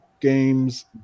games